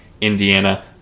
Indiana